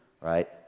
right